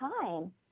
time